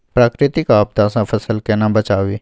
प्राकृतिक आपदा सं फसल केना बचावी?